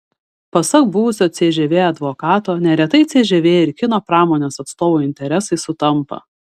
pasak buvusio cžv advokato neretai cžv ir kino pramonės atstovų interesai sutampa